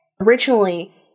Originally